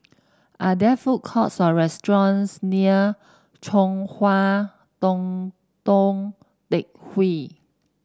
are there food courts or restaurants near Chong Hua Tong Tou Teck Hwee